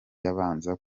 yabanza